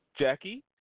Jackie